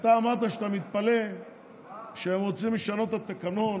אתה אמרת שאתה מתפלא שהם רוצים לשנות את התקנון